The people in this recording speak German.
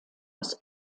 aus